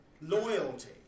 loyalty